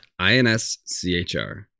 INSCHR